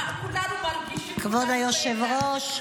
כולנו מרגישים --- כבוד היושב-ראש,